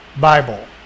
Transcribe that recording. Bible